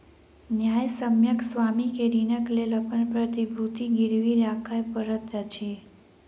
न्यायसम्यक स्वामी के ऋणक लेल अपन प्रतिभूति गिरवी राखअ पड़ैत अछि